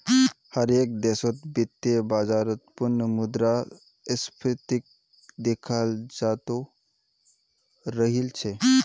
हर एक देशत वित्तीय बाजारत पुनः मुद्रा स्फीतीक देखाल जातअ राहिल छे